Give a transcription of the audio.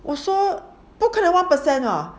我说不可能 one percent ah